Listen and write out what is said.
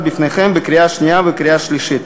בפניכם בקריאה שנייה ובקריאה שלישית.